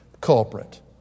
culprit